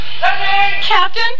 Captain